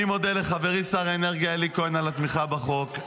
אני מודה לחברי שר האנרגיה אלי כהן על התמיכה בחוק,